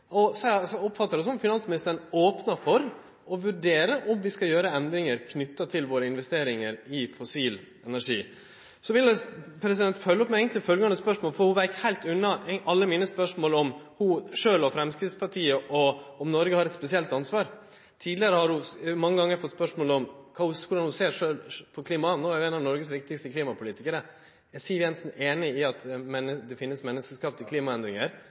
og oppfattar det som om finansministeren opnar for å vurdere om vi skal gjere endringar knytt til våre investeringar i fossil energi. Så vil eg følgje opp med eit spørsmål, for ho veik heilt unna spørsmålet mitt om ho sjølv og Framstegspartiet meiner at Noreg har eit spesielt ansvar. Tidlegare har ho mange gonger fått spørsmål om korleis ho sjølv ser på klima, og no er ho ein av Noregs viktigaste klimapolitikarar. Er Siv Jensen einig i at det finst menneskeskapte klimaendringar,